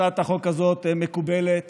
הצעת החוק הזאת מקובלת